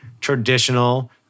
traditional